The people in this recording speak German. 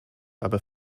aber